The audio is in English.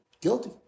Guilty